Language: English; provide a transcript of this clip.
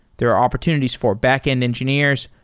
there are opportunities for backend engineers,